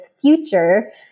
future